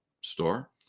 Store